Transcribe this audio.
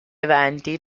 eventi